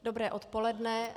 Dobré odpoledne.